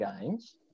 games